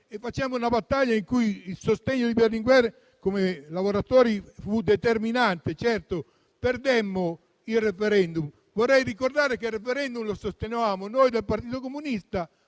facemmo una battaglia in cui il sostegno di Berlinguer ai lavoratori fu determinante, ma perdemmo il referendum. Vorrei ricordare che il referendum lo sostenevamo noi del Partito Comunista,